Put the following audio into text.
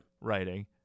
writing